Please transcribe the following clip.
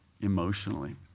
emotionally